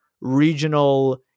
regional